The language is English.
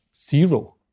zero